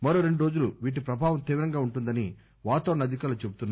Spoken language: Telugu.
మరో రెండు రోజులు వీటి ప్రభావం తీవ్రంగా ఉంటుందని వాతావరణ అధికారులు చెబుతున్నారు